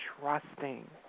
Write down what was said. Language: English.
trusting